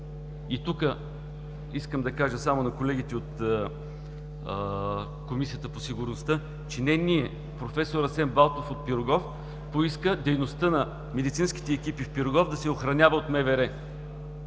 Тук искам да кажа само на колегите от Комисията по сигурността, че не ние, професор Асен Балтов от „Пирогов“ поиска дейността на медицинските екипи в „Пирогов“ да се охранява от МВР.